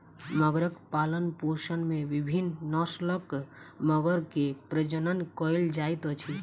मगरक पालनपोषण में विभिन्न नस्लक मगर के प्रजनन कयल जाइत अछि